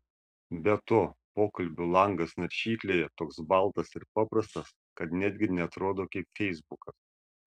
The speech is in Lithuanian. be to pokalbių langas naršyklėje toks baltas ir paprastas kad netgi neatrodo kaip feisbukas